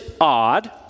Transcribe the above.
odd